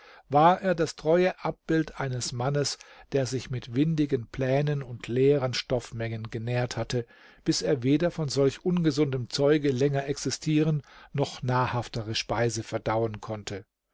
war er das treue abbild eines mannes der sich mit windigen plänen und leeren stoffmengen genährt hatte bis er weder von solch ungesundem zeuge länger existieren noch nahrhaftere speise verdauen konnte